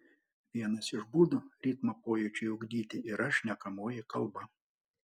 vienas iš būdų ritmo pojūčiui ugdyti yra šnekamoji kalba